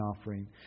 offering